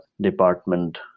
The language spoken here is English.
Department